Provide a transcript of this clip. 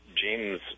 James